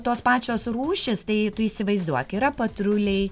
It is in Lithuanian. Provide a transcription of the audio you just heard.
tos pačios rūšys tai tu įsivaizduok yra patruliai